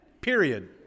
Period